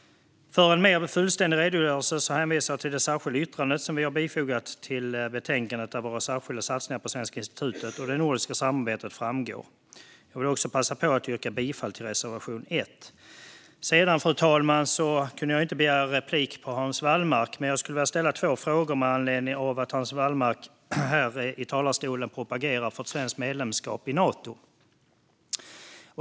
För en mer fullständig redogörelse hänvisar jag till det särskilda yttrande som vi har fogat till betänkandet och där våra särskilda satsningar på Svenska institutet och det nordiska samarbetet framgår. Jag vill också passa på att yrka bifall till reservation 1. Jag kunde inte begära replik på Hans Wallmark, fru talman, men jag vill ställa två frågor med anledning av att Hans Wallmark här i talarstolen propagerade för ett svenskt medlemskap i Nato.